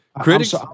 Critics